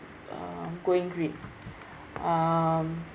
um going green um